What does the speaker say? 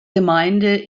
gemeinde